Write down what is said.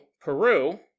Peru